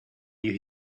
you